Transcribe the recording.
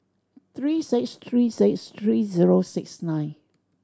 three six three six three zero six nine